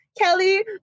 Kelly